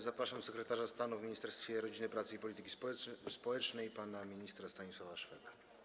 Zapraszam sekretarza stanu w Ministerstwie Rodziny, Pracy i Polityki Społecznej pana ministra Stanisława Szweda.